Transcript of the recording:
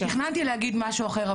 תכננתי להגיד משהו אחר.